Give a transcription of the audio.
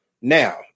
now